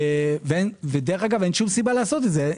ואין שום סיבה לעשות זאת.